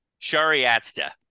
Shariatsta